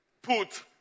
Put